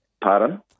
Pardon